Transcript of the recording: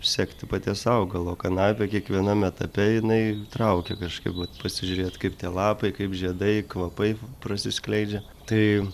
sekti paties augalo kanapė kiekvienam etape jinai traukia kažkaip vat pasižiūrėt kaip tie lapai kaip žiedai kvapai prasiskleidžia tai